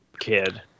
Kid